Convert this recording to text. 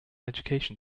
education